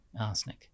arsenic